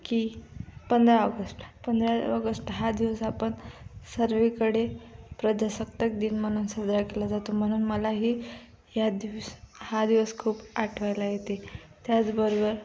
की पंधरा ऑगस्ट पंधरा ऑगस्ट हा दिवस आपण सर्वेकडे प्रजासत्ताक दिन म्हणून साजरा केला जातो म्हणून मलाही ह्या दिवस हा दिवस खूप आठवायला येते त्याचबरोबर